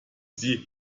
sie